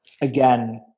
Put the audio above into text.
again